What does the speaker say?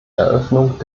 eröffnung